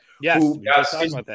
Yes